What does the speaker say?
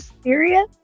serious